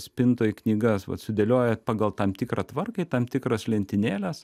spintoj knygas vat sudėlioja pagal tam tikrą tvarką į tam tikras lentynėles